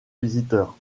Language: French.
visiteur